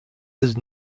his